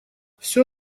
все